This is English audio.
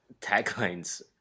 taglines